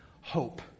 hope